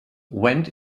went